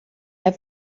der